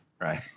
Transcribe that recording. right